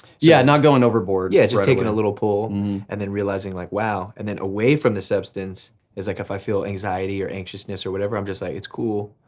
yeah, not going overboard. yeah, just taking a little pull and then realizing like, wow. and then away from the substance is like if i feel anxiety or anxiousness or whatever, i'm just like, it's cool.